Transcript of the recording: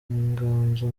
inganzo